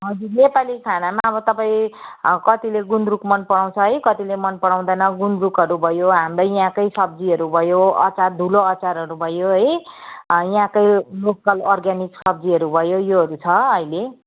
हजुर नेपाली खानामा अब तपाईँ कतिले गुन्द्रुक मन पराउँछ है कतिले मन पराउँदैन गुन्द्रुकहरू भयो हाम्रै यहाँकै सब्जीहरू भयो अचार धुलोअचारहरू भयो है अँ यहाँकै लोकल अर्ग्यानिक सब्जीहरू भयो योहरू छ अहिले